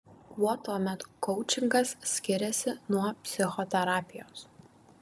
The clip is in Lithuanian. kuo tuomet koučingas skiriasi nuo psichoterapijos